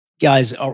guys